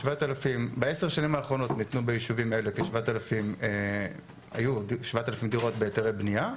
בעשר השנים האחרונות ניתנו ביישובים האלה כ-7,000 דירות בהיתרי בנייה,